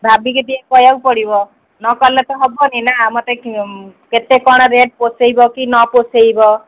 ଭାବିକି ଟିକିଏ କହିବାକୁ ପଡ଼ିବ ନ କଲେ ତ ହେବନି ନା ମୋତେ କେତେ କ'ଣ ରେଟ୍ ପୋଷେଇବ କି ନ ପୋଷେଇବ